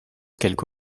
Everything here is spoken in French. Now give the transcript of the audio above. quelque